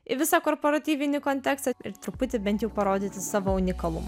į visą korporatyvinį kontekstą ir truputį bent jau parodyti savo unikalumą